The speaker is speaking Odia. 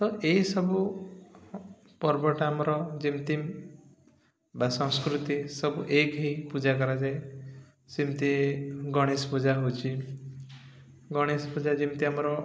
ତ ଏସବୁ ପର୍ବଟା ଆମର ଯେମିତି ବା ସଂସ୍କୃତି ସବୁ ଏକ ହେଇ ପୂଜା କରାଯାଏ ସେମିତି ଗଣେଶ ପୂଜା ହେଉଛି ଗଣେଶ ପୂଜା ଯେମିତି ଆମର